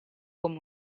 come